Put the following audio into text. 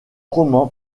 roman